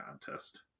contest